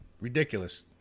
Ridiculous